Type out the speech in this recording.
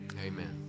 amen